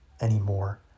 anymore